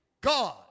God